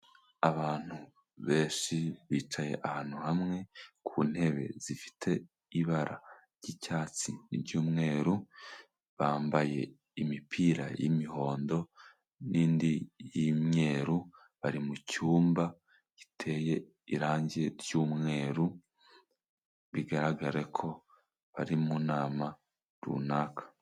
Abantu benshi bicaye ahantu hamwe ku ntebe zifite ibara ry'icyatsi, iry'umweru, bambaye imipira y'imihondo n'indi y'imyeru, bari mu cyumba giteye irangi ry'umweru bigaragara ko bari mu nama runaka.